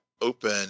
open